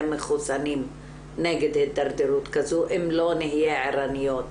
מחוסנים נגד הדרדרות כזו אם לא נהיה ערניות.